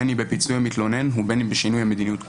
בין אם בפיצוי המתלונן ובין אם בשינוי המדיניות כולה.